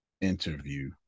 interview